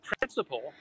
principle